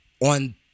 on